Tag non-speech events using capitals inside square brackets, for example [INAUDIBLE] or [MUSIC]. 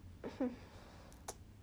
[NOISE]